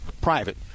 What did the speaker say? private